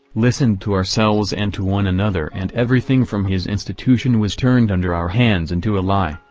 listened to ourselves and to one another and everything from his institution was turned under our hands into a lie,